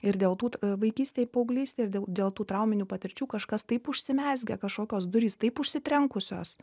ir dėl tų vaikystėj paauglystėj ir dėl dėl tų trauminių patirčių kažkas taip užsimezgę kažkokios durys taip užsitrenkusios